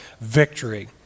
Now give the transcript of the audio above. victory